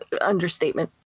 understatement